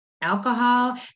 alcohol